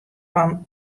fan